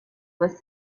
was